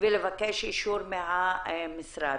ולבקש אישור מהמשרד.